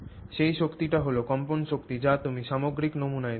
সেই শক্তিটি হল কম্পন শক্তি যা তুমি সামগ্রিক নমুনায় দিয়েছিলে